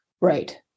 Right